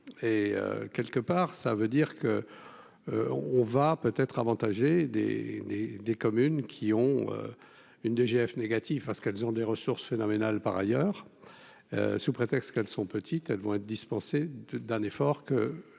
et quelque part, ça veut dire que on va peut être avantagé des, des, des communes qui ont une DGF négative parce qu'elles ont des ressources phénoménales par ailleurs sous prétexte qu'elles sont petites, elles vont être dispensé d'un effort que